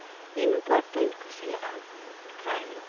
ᱤᱱᱟᱹ ᱯᱚᱨ ᱫᱚᱧ ᱠᱩᱥᱤᱭᱟᱜᱼᱟ ᱠᱨᱟᱭᱤᱢ